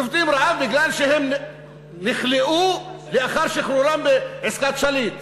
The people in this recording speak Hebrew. שובתים רעב כי הם נכלאו לאחר שחרורם בעסקת שליט